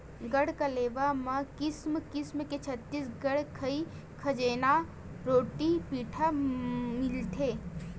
गढ़कलेवा म किसम किसम के छत्तीसगढ़ी खई खजेना, रोटी पिठा मिलथे